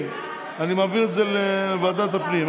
אני מעביר את זה לוועדת הפנים.